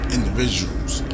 Individuals